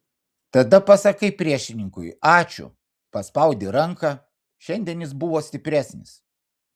tada pasakai priešininkui ačiū paspaudi ranką šiandien jis buvo stipresnis